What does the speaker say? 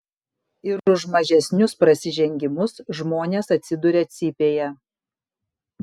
ir už mažesnius prasižengimus žmonės atsiduria cypėje